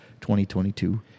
2022